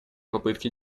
попытки